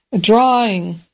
drawing